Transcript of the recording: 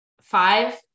five